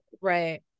Right